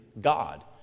God